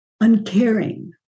uncaring